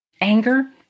Anger